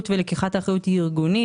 ולקיחת האחריות היא ארגונית.